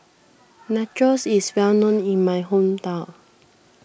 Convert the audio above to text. Nachos is well known in my hometown